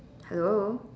hello